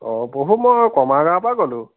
অঁ প্ৰভু মই কমাৰ গাঁৱৰ পৰা ক'লোঁ